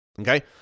Okay